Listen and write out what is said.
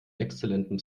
exzellentem